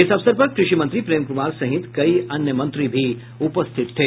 इस अवसर पर कृषि मंत्री प्रेम कुमार सहित कई अन्य मंत्री भी उपस्थित थे